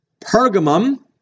Pergamum